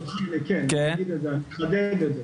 כן אני אסביר את זה, אני אחדד את זה.